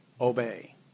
Obey